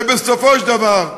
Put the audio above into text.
שבסופו של דבר,